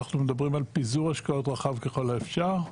מדברים על פיזור השקעות רחב ככל האפשר.